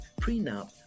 prenup